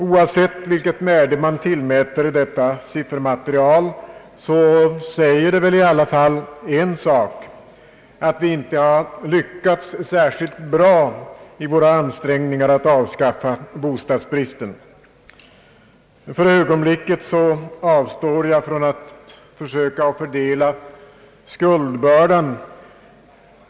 Oavsett vilket värde man tillmäter siffermaterialet säger det ändå en sak, nämligen att vi inte lyckats särskilt bra i våra ansträngningar att avskaffa bostadsbristen. För ögonblicket avstår jag från att försöka fördela skuldbördan.